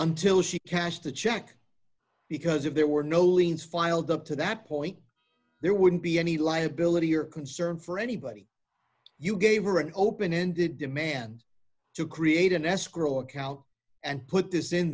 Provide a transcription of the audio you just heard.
until she cashed the check because if there were no liens filed up to that point there wouldn't be any liability or concern for anybody you gave her an open ended demand to create an escrow account and put this in